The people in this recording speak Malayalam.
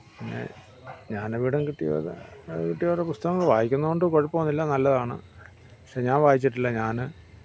പിന്നേ ജ്ഞാനപീഠം കിട്ടിയവരുടെ അത് കിട്ടിയവരുടെ പുസ്തകങ്ങള് വായിക്കുന്നതുകൊണ്ട് കുഴപ്പമൊന്നുമില്ല നല്ലതാണ് പക്ഷെ ഞാന് വായിച്ചിട്ടില്ല ഞാൻ